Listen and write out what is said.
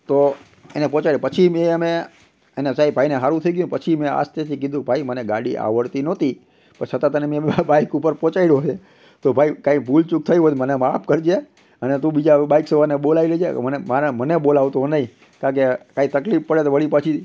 તો એને પહોંચાડ્યો પછી મેં અમે એને સાહેબ ભાઈને સારું થઈ ગયું ને પછી મેં આસ્તેથી કીધું ભાઈ મને ગાડી આવડતી નહોતી પણ છતાં તને મેં બાઇક ઉપર પહોંચાડ્યો છે તો ભાઈ કંઇ ભૂલચૂક થઈ હોય તો મને માફ કરજે અને તું બીજા બાઇક સવારને બોલાવી લેજે મને બોલાવતો નહીં કારણ કે કંઈ તકલીફ પડે તો વળી પાછી